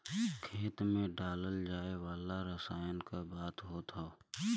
खेत मे डालल जाए वाला रसायन क बात होत हौ